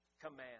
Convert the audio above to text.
command